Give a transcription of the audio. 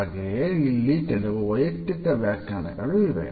ಹಾಗೆಯೇ ಇಲ್ಲಿ ಕೆಲವು ವೈಯುಕ್ತಿಕ ವ್ಯಾಖ್ಯಾನಗಳು ಇವೆ